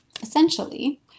essentially